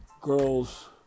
girls